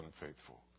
unfaithful